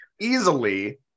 easily